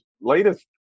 latest